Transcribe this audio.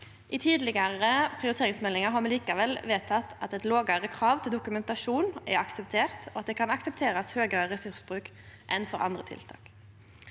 I tidlegare prioriteringsmeldingar har me likevel vedteke at eit lågare krav til dokumentasjon er akseptert, og at det kan aksepterast høgare ressursbruk enn for andre tiltak.